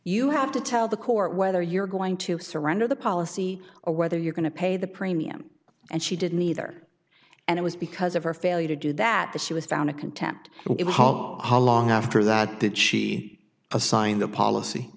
you have to tell the court whether you're going to surrender the policy or whether you're going to pay the premium and she didn't either and it was because of her failure to do that that she was found a contempt it was all along after that did she assign the policy